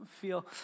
feel